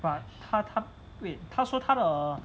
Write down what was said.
把她她 wait 她说她的